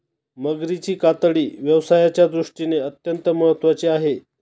मगरीची कातडी व्यवसायाच्या दृष्टीने अत्यंत महत्त्वाची आहे